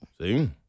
See